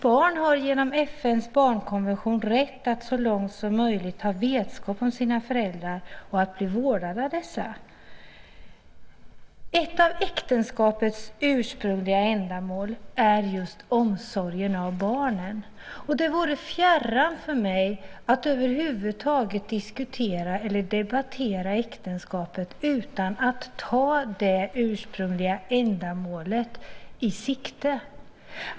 Barn har genom FN:s barnkonvention rätt att så långt som möjligt ha vetskap om sina föräldrar och att bli vårdade av dem. Ett av äktenskapets ursprungliga ändamål är just omsorgen om barnen. Det vore mig fjärran att över huvud taget diskutera eller debattera äktenskapet utan att ha det ursprungliga ändamålet i sikte.